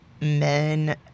men